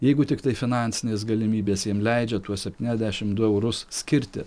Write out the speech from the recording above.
jeigu tiktai finansinės galimybės jiem leidžia tuos septyniasdešimt du eurus skirti